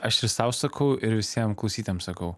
aš ir sau sakau ir visiem klausytojams sakau